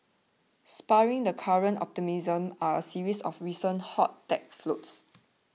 spurring the current optimism are a series of recent hot tech floats